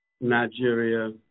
Nigeria